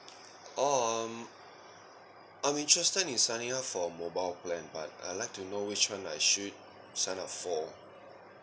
oh um I'm interested in signing up for a mobile plan but I'd like to know which one I should sign up for